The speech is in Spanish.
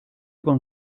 con